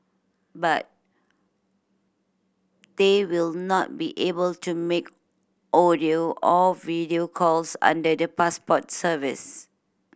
but they will not be able to make audio or video calls under the passport service